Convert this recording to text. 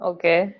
Okay